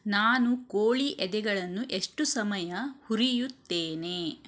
ನಾನು ಕೋಳಿ ಎದೆಗಳನ್ನು ಎಷ್ಟು ಸಮಯ ಹುರಿಯುತ್ತೇನೆ